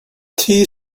tea